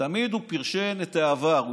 ותמיד הוא פרשן את העבר.